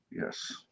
Yes